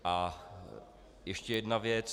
A ještě jedna věc.